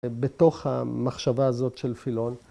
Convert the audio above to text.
‫בתוך המחשבה הזאת של פילון.